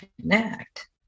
connect